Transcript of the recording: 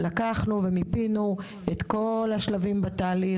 ישבנו ומיפינו את כל השלבים בתהליך,